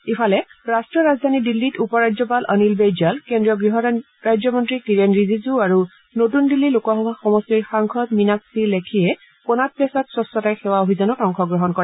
ইফালে ৰাষ্ট্ৰীয় ৰাজধানী দিল্লীত উপ ৰাজ্যপাল অনিল বেইঝাল কেন্দ্ৰীয় গৃহ ৰাজ্যমন্ত্ৰী কিৰেণ ৰিজিজু আৰু নতুন দিল্লী লোকসভা সমষ্টিৰ সাংসদ মীনাক্ষী লেখীয়ে কনাট প্লেচত স্বচ্ছতাই সেৱা অভিযানত অংশগ্ৰহণ কৰে